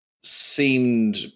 seemed